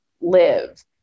live